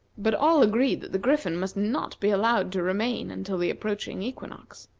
but all agreed that the griffin must not be allowed to remain until the approaching equinox.